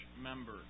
member